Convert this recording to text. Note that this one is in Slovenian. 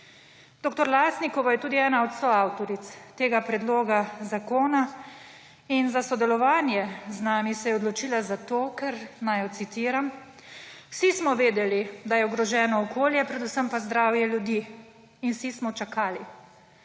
Dr. Lasnikova je tudi ena od soavtoric tega predloga zakona in za sodelovanje z nami se je odločila zato, ker, naj jo citiram: »Vsi smo vedeli, da je ogroženo okolje, predvsem pa zdravje ljudi, in vsi smo čakali,